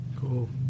cool